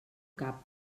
cap